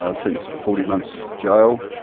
ah sentenced to forty months' jail,